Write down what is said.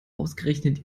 ausgerechnet